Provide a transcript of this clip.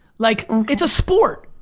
like it's a sport.